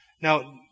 Now